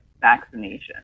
vaccination